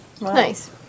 Nice